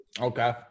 Okay